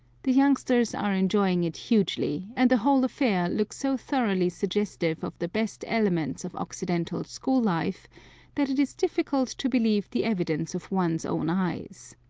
the youngsters are enjoying it hugely, and the whole affair looks so thoroughly suggestive of the best elements of occidental school-life that it is difficult to believe the evidence of one's own eyes.